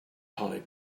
holly